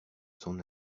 son